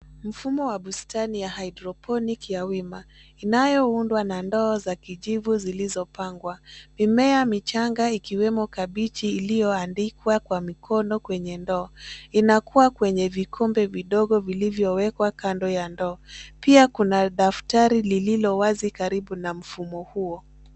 Mfumo wa bustani ya hydroponic ya wima, inayoundwa na ndoo za kijivu zilizopangwa. Mimea michanga ikiwemo kabichi iliyoandikwa kwa mikono kwenye ndoo. Inakua kwenye vikombe vidogo vilivyowekwa kando ya ndoo. Pia kuna daftari lililo wazi karibu na mfumo huo.